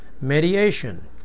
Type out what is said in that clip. mediation